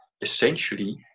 essentially